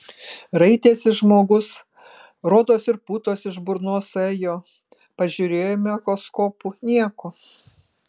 raitėsi žmogus rodos ir putos iš burnos ėjo pažiūrėjome echoskopu nieko